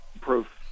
proof